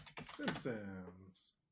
Simpsons